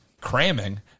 cramming